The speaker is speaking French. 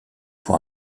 pour